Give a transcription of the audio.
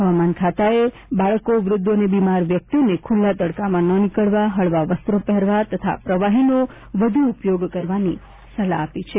હવામાન ખાતાએ બાળકો વૃદ્ધો અને બીમાર વ્યક્તિઓને ખુલ્લા તડકામાં ન નીકળવા તથા હળવા વસ્ત્રો પહેરવા તથા પ્રવાહીનો વધુ ઉપયોગ કરવાની સલાહ આપી છે